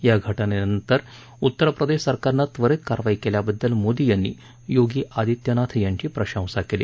या घटनेनंतर उत्तर प्रदेश सरकारनं त्वरीत कारवाई केल्याबद्दल मोदी यांनी योगी आदित्यनाथ यांची प्रशंसा केली